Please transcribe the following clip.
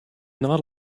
not